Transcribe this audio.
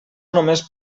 només